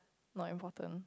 not important